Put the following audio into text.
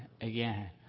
again